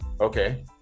Okay